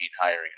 hiring